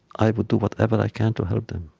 i would do whatever i can to help them,